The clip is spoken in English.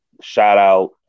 shout-out